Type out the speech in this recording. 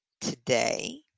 today